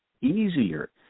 easier